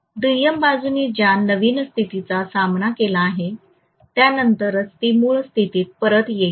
दुय्यम बाजूने ज्या नवीन स्थितीचा सामना केला आहे त्यानंतरच ती मूळ स्थितीत परत येईल